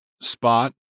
spot